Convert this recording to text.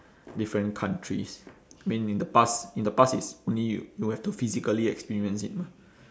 different countries mean in the past in the past it's only you you have to physically experience it mah